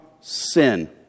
sin